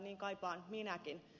niin kaipaan minäkin